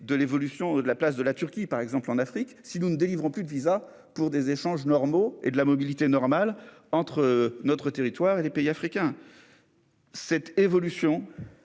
de l'évolution de la place de la Turquie, par exemple en Afrique, si nous ne délivrons plus de visas pour des échanges normaux et de la mobilité normale entre notre territoire et les pays africains. Cette évolution